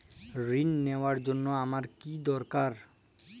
ঋণ নেওয়ার জন্য আমার কী দরকার?